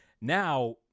now